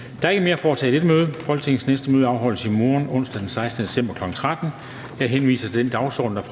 Der er ikke mere at foretage i dette møde. Folketingets næste møde afholdes i morgen, onsdag den 16. december 2020, kl. 13.00. Jeg henviser til den dagsorden, der